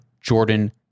Jordan